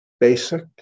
basic